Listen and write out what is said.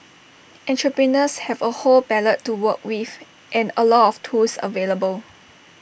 entrepreneurs have A whole palette to work with and A lot of tools available